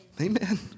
Amen